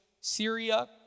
Syria